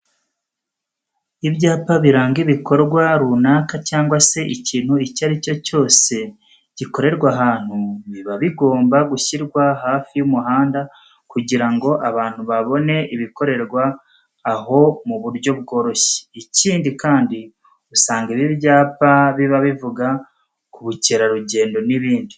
Ibyapa biranga ibikorwa runaka cyangwa se ikintu icyo ari cyo cyose gikorerwa ahantu, biba bigomba gushyirwa hafi y'umuhanda kugira ngo abantu babone ibikorerwa aho mu buryo bworoshye. Ikindi kandi usanga ibi byapa biba bivuga ku bukerarugendo n'ibindi.